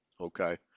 okay